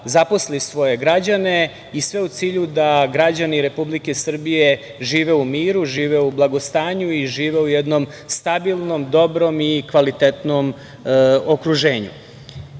zaposli svoje građane i sve u cilju da građani Republike Srbije žive u miru, žive u blagostanju i žive u jednom stabilnom, dobrom i kvalitetnom okruženju. Moram